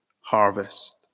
harvest